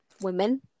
women